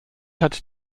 hat